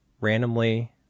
randomly